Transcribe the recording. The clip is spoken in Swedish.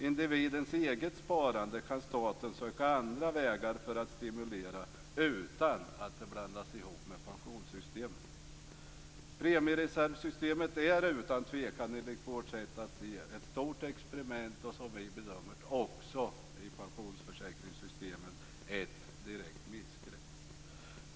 Individens eget sparande kan staten söka andra vägar för att stimulera, utan att det blandas ihop med pensionssystemet. Premiereservsystemet är utan tvekan, enligt vårt sätt att se, ett stort experiment, och som vi bedömer det är också pensionsförsäkringssystemet ett direkt missgrepp.